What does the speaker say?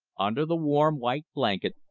under the warm white blanket,